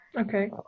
Okay